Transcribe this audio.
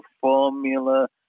formula